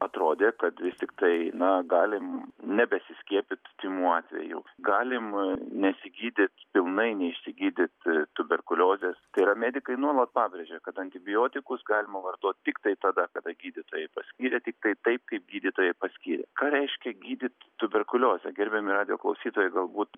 atrodė kad vis tiktai na galim nebesiskiepyt tymų atveju galim nesigydyt pilnai neišsigydyt tuberkuliozės tai yra medikai nuolat pabrėžia kad antibiotikus galima vartot tiktai tada kada gydytojai paskyrė tiktai taip kaip gydytojai paskyrė ką reiškia gydyt tuberkuliozę gerbiami radijo klausytojai galbūt